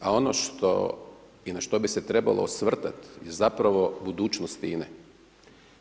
A ono što i na što bi se trebalo osvrtati je zapravo budućnost INA-e.